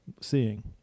seeing